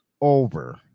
Over